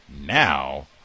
now